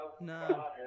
No